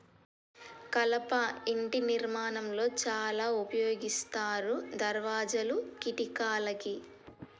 కలప ఇంటి నిర్మాణం లో చాల ఉపయోగిస్తారు దర్వాజాలు, కిటికలకి